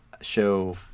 show